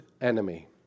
enemy